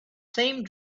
same